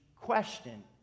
question